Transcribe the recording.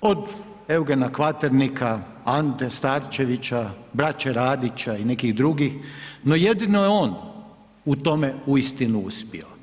od Eugena Kvaternika, Ante Starčevića, braće Radića i nekih drugih, no jedino je on u tome uistinu uspio.